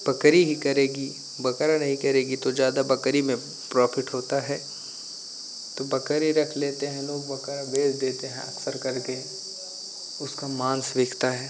बकरी ही करेगी बकरा नहीं करेगी तो ज़्यादा बकरी में प्रॉफिट होता है तो बकरी रख लेते हैं लोग बकरा बेच देते हैं अक्सर करके उसका माँस बिकता है